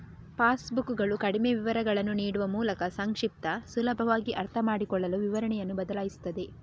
pass ಬುಕ್ಕುಗಳು ಕಡಿಮೆ ವಿವರಗಳನ್ನು ನೀಡುವ ಮೂಲಕ ಸಂಕ್ಷಿಪ್ತ, ಸುಲಭವಾಗಿ ಅರ್ಥಮಾಡಿಕೊಳ್ಳಲು ವಿವರಣೆಯನ್ನು ಬದಲಾಯಿಸುತ್ತವೆ